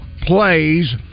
plays